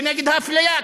כנגד האפליה,